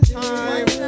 time